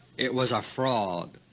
it was a fraud,